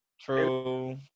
True